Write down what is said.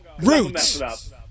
Roots